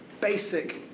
basic